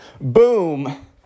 Boom